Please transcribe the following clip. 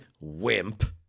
wimp